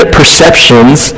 perceptions